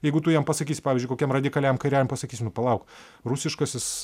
jeigu tu jam pasakysi pavyzdžiui kokiam radikaliajam kairiajam pasakysi nu palauk rusiškasis